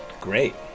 Great